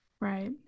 right